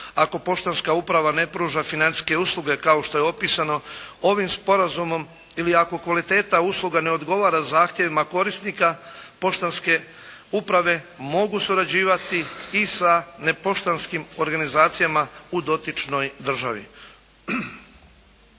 Ako poštanska uprava ne pruža financijske usluge kao što je opisano ovim sporazumom ili ako kvaliteta usluga ne odgovara zahtjevima korisnika poštanske uprave jogu surađivati i sa nepoštanskim organizacijama u dotičnoj državi.